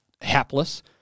hapless –